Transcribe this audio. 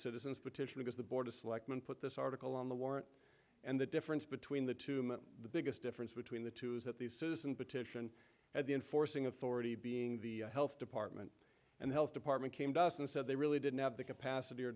citizens petition because the board of selectmen put this article on the warrant and the difference between the two men the biggest difference between the two is that these citizen petition at the enforcing authority being the health department and health department came to us and said they really didn't have the capacity or